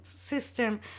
system